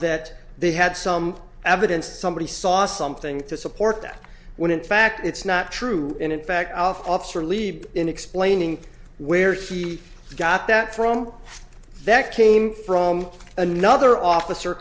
that they had some evidence somebody saw something to support that when in fact it's not true in fact officer leap in explaining where he got that from that came from another officer